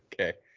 Okay